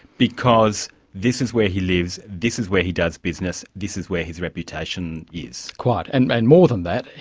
because this is where he lives, this is where he does business, this is where his reputation is. quite. and and more than that,